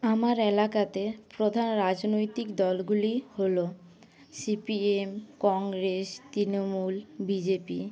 আমার এলাকাতে প্রধান রাজনৈতিক দলগুলি হল সিপিএম কংগ্রেস তৃণমূল বিজেপি